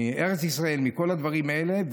מארץ ישראל, מכל הדברים האלה.